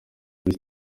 kuri